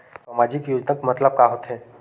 सामजिक योजना मतलब का होथे?